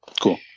Cool